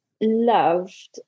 loved